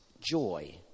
joy